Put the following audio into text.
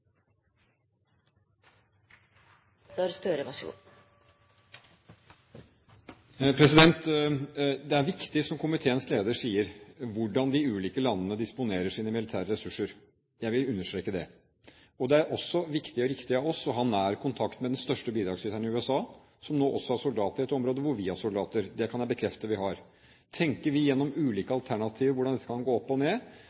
viktig, som komiteens leder sier, hvordan de ulike landene disponerer sine militære ressurser. Jeg vil understreke det. Det er også viktig og riktig av oss å ha nær kontakt med den største bidragsyteren, USA, som nå også har soldater i dette området hvor vi har soldater. Det kan jeg bekrefte at vi har. Tenker vi gjennom ulike alternativer, hvordan dette kan gå opp og ned?